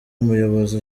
umuyobozi